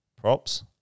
props